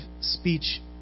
speech